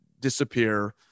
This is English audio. disappear